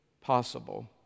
possible